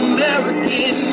American